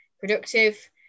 productive